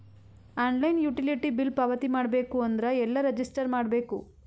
Online utility bill ಪಾವತಿ ಮಾಡಬೇಕು ಅಂದ್ರ ಎಲ್ಲ ರಜಿಸ್ಟರ್ ಮಾಡ್ಬೇಕು?